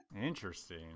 Interesting